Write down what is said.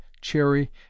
cherry